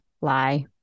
lie